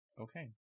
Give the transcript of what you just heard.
Okay